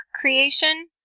creation